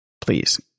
Please